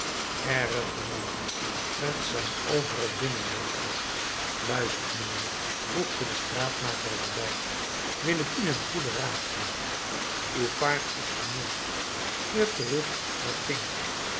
erg genoeg t zijn overal binnenwegen luister mijnheer voegde de straatmaker er bij wil ik u een goeden raad geven uw paard is vermoeid keer terug naar